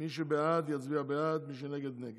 מי שבעד יצביע בעד, מי שנגד, נגד.